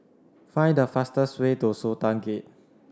find the fastest way to Sultan Gate